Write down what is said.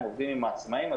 הם עובדים עם העצמאים.